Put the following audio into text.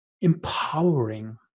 empowering